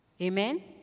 Amen